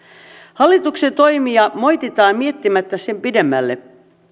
hallituksen toimia moititaan miettimättä sen pidemmälle